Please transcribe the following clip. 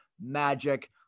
magic